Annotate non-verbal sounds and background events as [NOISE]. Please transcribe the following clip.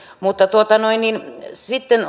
mutta sitten [UNINTELLIGIBLE]